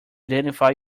identify